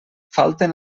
falten